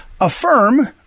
affirm